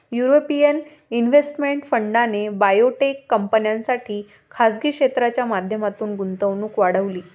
European investment फंडाने biotech कंपन्यांसाठी खासगी क्षेत्राच्या माध्यमातून गुंतवणूक वाढवली